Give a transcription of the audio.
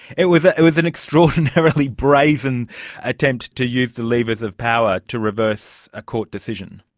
it was it was an extraordinarily brazen attempt to use the levers of power to reverse a court decision.